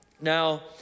Now